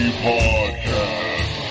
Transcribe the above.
podcast